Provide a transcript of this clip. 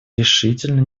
решительно